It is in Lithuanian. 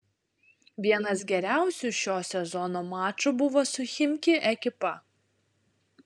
vienas geriausių šio sezono mačų buvo su chimki ekipa